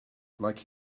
like